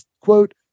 quote